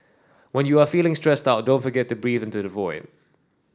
when you are feeling stressed out don't forget to breathe into the void